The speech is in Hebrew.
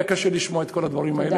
גם לי היה קשה לשמוע את כל הדברים האלה.